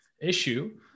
issue